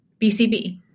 BCB